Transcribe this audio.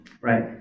right